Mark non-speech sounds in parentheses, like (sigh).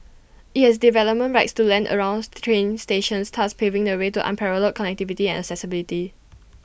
IT has development rights to land around (unintelligible) train stations thus paving the way to unparalleled connectivity and accessibility